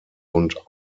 und